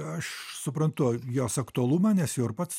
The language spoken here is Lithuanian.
aš suprantu jos aktualumą nes jau ir pats